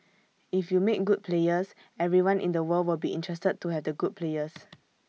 if you make good players everyone in the world will be interested to have the good players